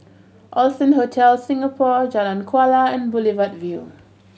Allson Hotel Singapore Jalan Kuala and Boulevard Vue